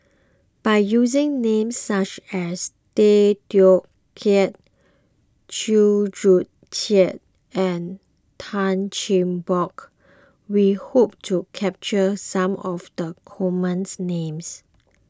by using names such as Tay Teow Kiat Chew Joo Chiat and Tan Cheng Bock we hope to capture some of the common names